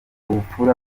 ubupfura